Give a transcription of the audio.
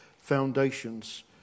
foundations